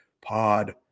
pod